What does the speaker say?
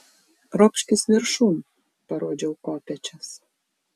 ropškis viršun parodžiau kopėčias